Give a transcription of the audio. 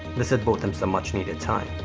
this had bought them some much needed time.